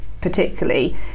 particularly